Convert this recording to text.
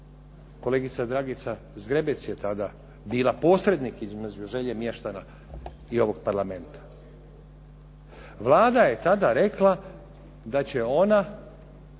Kolegica Dragica Zgrebec je tada bila posrednik između želje mještana i ovog parlamenta. Vlada je tada rekla da će ona